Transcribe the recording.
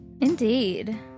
indeed